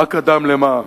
מה קדם למה?